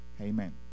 Amen